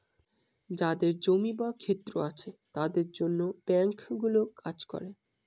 যাদের জমি বা ক্ষেত আছে তাদের জন্য ব্যাঙ্কগুলো কাজ করে